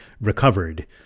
recovered